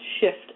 shift